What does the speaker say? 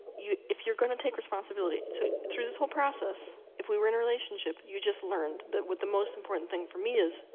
if you're gonna take responsibility, so, through this whole process, if we were in a relationship, you just learned that what the most important thing for me is,